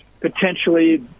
potentially